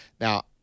now